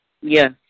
Yes